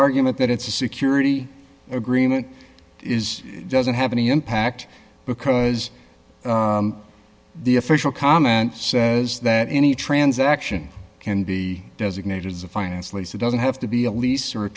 argument that it's a security agreement is doesn't have any impact because the official comment says that any transaction can be designated as a finance lease it doesn't have to be a lease